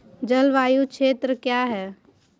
जलवायु क्षेत्र क्या है?